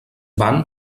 van